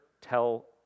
tell